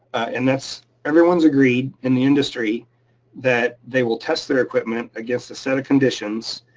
and that's. everyone's agreed in the industry that they will test their equipment against a set of conditions,